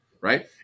right